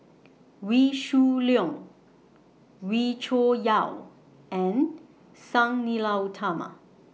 Wee Shoo Leong Wee Cho Yaw and Sang Nila Utama